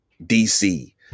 dc